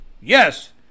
Yes